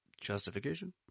Justification